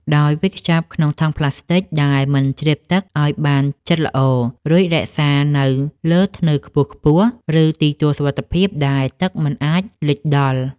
ដោយវេចខ្ចប់ក្នុងថង់ប្លាស្ទិកដែលមិនជ្រាបទឹកឱ្យបានជិតល្អ រួចរក្សាទុកនៅលើធ្នើខ្ពស់ៗ ឬទីទួលសុវត្ថិភាពដែលទឹកមិនអាចលិចដល់។